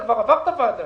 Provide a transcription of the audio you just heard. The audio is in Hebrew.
זה כבר עבר את הוועדה.